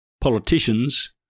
politicians